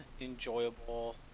enjoyable